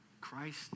Christ